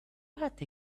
bat